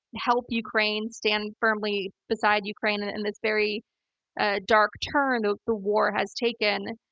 help ukraine, stand firmly beside ukraine in and this very ah dark turn ah the war has taken.